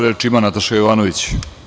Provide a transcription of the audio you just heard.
Reč ima Nataša Jovanović.